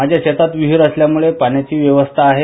माझ्या शेतात विहीर असल्यानं पाण्याची व्यवस्था आहे